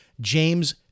James